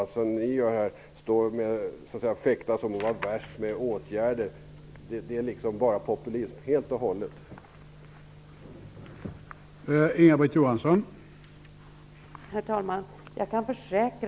Det ni gör -- står och fäktas om att vara värst vad gäller åtgärder -- är helt och hållet populism.